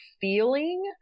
feeling